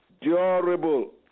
durable